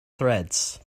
threads